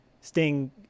Sting